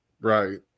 Right